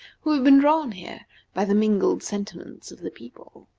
who have been drawn here by the mingled sentiments of the people.